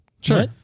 Sure